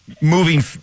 moving